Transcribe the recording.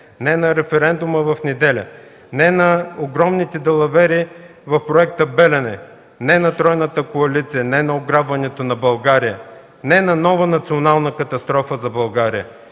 „Не” на референдума в неделя, „Не” на огромните далавери в проекта „Белене”, „Не” на тройната коалиция, „Не” на ограбването на България, „Не” на нова национална катастрофа за България!